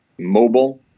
mobile